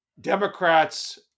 Democrats